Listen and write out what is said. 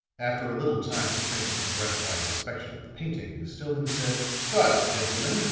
after a little time spent in a gratified inspection of the painting, stillman said but, gentlemen,